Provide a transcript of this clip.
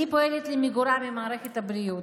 אני פועלת למיגורה במערכת הבריאות.